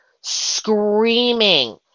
screaming